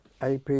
AP